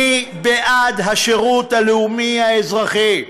אני בעד השירות הלאומי-האזרחי.